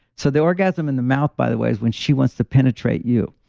so, the orgasm in the mouth, by the way, is when she wants to penetrate you.